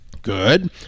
Good